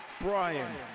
Brian